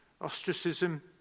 ostracism